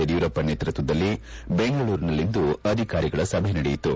ಯಡಿಯೂರಪ್ಪ ನೇತೃತ್ವದಲ್ಲಿ ಬೆಂಗಳೂರಿನಲ್ಲಿಂದು ಅಧಿಕಾರಿಗಳ ಸಭೆ ನಡೆಯಿತು